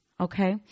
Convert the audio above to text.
Okay